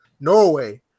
Norway